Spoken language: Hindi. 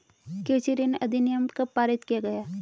कृषि ऋण अधिनियम कब पारित किया गया?